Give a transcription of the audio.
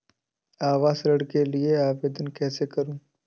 आवास ऋण के लिए आवेदन कैसे करुँ?